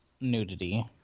nudity